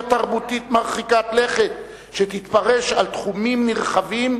תרבותית מרחיקת לכת שתתפרס על תחומים נרחבים,